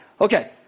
Okay